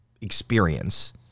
experience